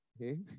okay